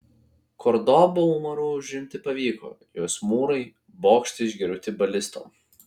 kordobą umaru užimti pavyko jos mūrai bokštai išgriauti balistom